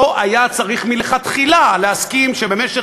לא היה צריך מלכתחילה להסכים שבמשך